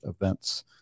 events